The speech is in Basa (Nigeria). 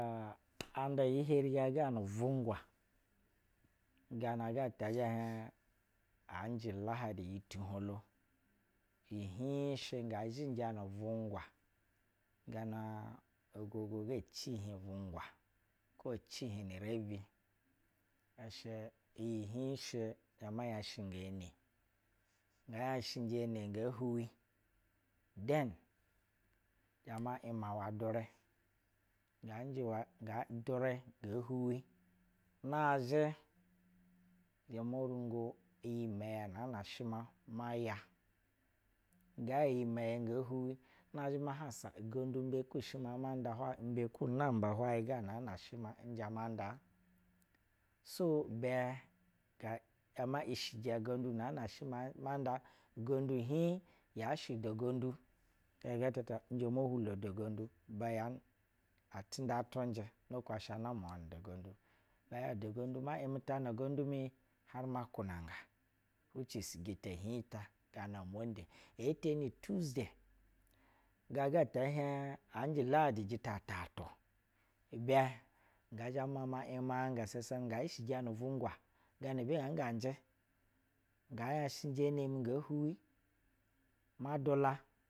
Anda iyi hebri gaga nu vungwa ganaga tɛ zhɛ liɛb anjɛ la ha rub u tu hinlo i hih shɛ ngɛɛ zhinjɛ nu bungwa kwo cihig ni rebi ishɛ iyi hih shɛ n zhɛ ma yashɛnga ene mi ngaa yashɛnjɛ ene mi ngee huwi then zhɛma ‘yama ya durɛ nga durɛ ngaa durɛ ngee huwi na zhɛ zhɛ mo rungo iyi mɛyɛ nɛɛnɛ shɛ ma ya. Nga yɛ iyi mɛyɛ ngee huwi na zhɛ ma hawa ugo ndu mbe kuh shɛ ma maw nda hwa imbeku nawuba iwai ga naan a shɛ ma n zhɛ ma nda?? So ibɛ nga zhɛ mɛ ishijɛ ugondu naan a shɛ ma ma nda ugondu be yashɛ uda gondu gana ga tata n zhɛ mo hulo nda gondu bayan afundatu njɛ noko asha in nawawah nu da gondu ehiɛy da gondu ma yimɛtana ugondu mu har ma kuna nga which is jita hibta ngee teni tuesday ga ga tɛ hiɛh anjɛ ladi jita tatu ibɛ. ga ma ma yimanaa sasana ngɛɛ ishi jɛ nu vungwa gana be ga nga njɛ ngaa yashɛnjɛ ene mi ngee huwi ma dula.